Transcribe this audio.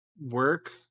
work